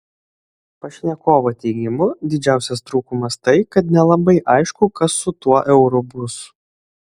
pašnekovo teigimu didžiausias trūkumas tai kad nelabai aišku kas su tuo euru bus